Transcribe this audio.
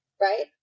right